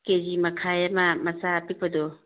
ꯀꯦ G ꯃꯈꯥꯏ ꯑꯝ ꯃꯆꯥ ꯑꯄꯤꯛꯄꯗꯣ